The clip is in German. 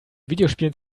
videospielen